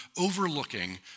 overlooking